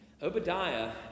Obadiah